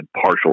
partial